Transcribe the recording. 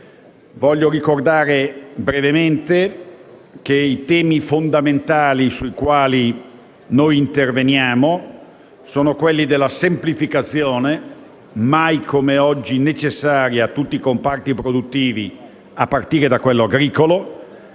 Voglio ricordare brevemente che i temi fondamentali su cui interveniamo sono quelli della semplificazione - mai come oggi necessaria in tutti i comparti produttivi, a partire da quello agricolo